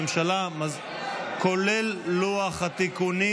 הממשלה, כולל לוח התיקונים.